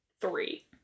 three